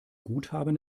guthaben